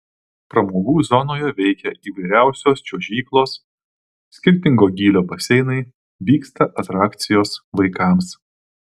pramogų zonoje veikia įvairiausios čiuožyklos skirtingo gylio baseinai vyksta atrakcijos vaikams